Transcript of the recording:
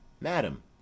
Madam